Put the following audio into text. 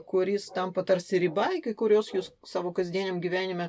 kuris tampa tarsi riba iki kurios jūs savo kasdieniam gyvenime